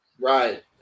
Right